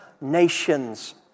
nations